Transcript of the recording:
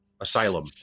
Asylum